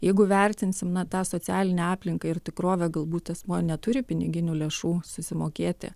jeigu vertinsim na tą socialinę aplinką ir tikrovę galbūt asmuo neturi piniginių lėšų susimokėti